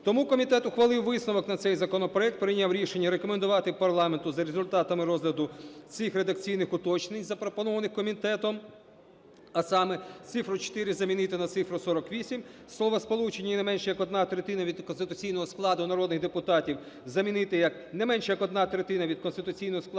Тому комітет ухвалив висновок на цей законопроект. Прийняв рішення рекомендувати парламенту, за результатами розгляду цих редакційних уточнень запропонованих комітетом. А саме: цифру "4" замінити на цифру "48", словосполучення "не менше, як одна третина від конституційного складу народних депутатів" замінити "не менше, як одна третина від конституційного складу Верховної Ради